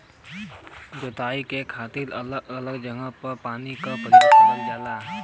जोताई क खातिर अलग अलग जगह पर पानी क परयोग करल जाला